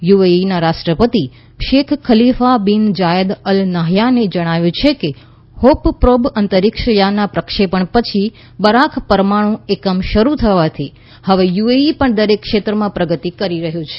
યુએઇના રાષ્ટ્રપતિ Sheikh Khalifa bin Zayed Al નાહ્યાનને જણાવ્યું છે કે હોપ પ્રોબ અંતરિક્ષ યાનના પ્રક્ષેપણ પછી બરાખ પરમાણુ એકમ શરૂ થવાથી હવે યુએઇ પણ દરેક ક્ષેત્રોમાં પ્રગતિ કરી રહ્યું છે